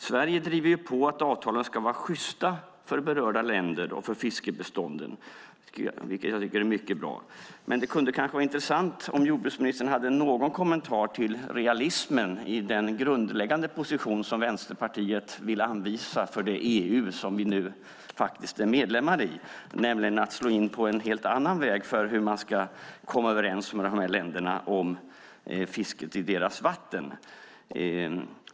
Sverige driver på för att avtalen ska vara sjysta för berörda länder och för fiskebestånden, vilket är mycket bra. Det kunde vara intressant om jordbruksministern hade någon kommentar till realismen i den grundläggande position som Vänsterpartiet vill anvisa för det EU som vi nu faktiskt är medlemmar i, nämligen att slå in på en helt annan väg för hur man ska komma överens med dessa länder om fisket i deras vatten.